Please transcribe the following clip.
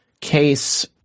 case